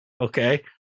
Okay